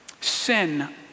sin